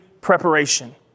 preparation